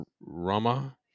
Rama